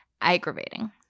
aggravating